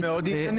זה מאוד ענייני.